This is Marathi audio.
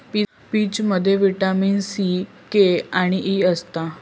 पीचमध्ये विटामीन सी, के आणि ई असता